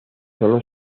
solo